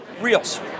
Reels